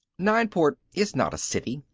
nineport is not a city,